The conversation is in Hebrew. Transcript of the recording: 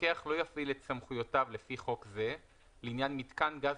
מפקח לא יפעיל את סמכויותיו לפי חוק זה לעניין מיתקן גז